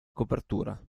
copertura